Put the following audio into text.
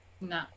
No